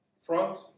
front